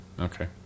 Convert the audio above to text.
Okay